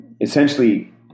essentially